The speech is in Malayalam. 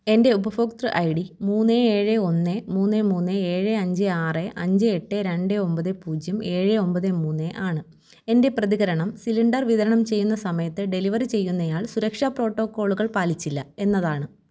എൻ്റെ ഉപഭോക്തൃ ഐ ഡി മൂന്ന് ഏഴ് ഒന്ന് മൂന്ന് മൂന്ന് ഏഴ് അഞ്ച് ആറ് അഞ്ച് എട്ട് രണ്ട് ഒമ്പത് പൂജ്യം ഏഴ് ഒമ്പത് മൂന്ന് ആണ് എൻ്റെ പ്രതികരണം സിലിണ്ടർ വിതരണം ചെയ്യുന്ന സമയത്ത് ഡെലിവറി ചെയ്യുന്നയാൾ സുരക്ഷാ പ്രോട്ടോക്കോളുകൾ പാലിച്ചില്ല എന്നതാണ്